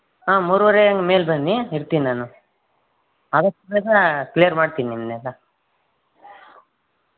ಹಾಂ ಮೂರೂವರೆ ಹಾಗೆ ಮೇಲೆ ಬನ್ನಿ ಇರ್ತೀನಿ ನಾನು ಆದಷ್ಟು ಬೇಗ ಕ್ಲಿಯರ್ ಮಾಡ್ತೀನಿ ನಿಮ್ಮನೆಲ್ಲ